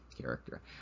character